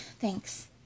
thanks